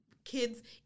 kids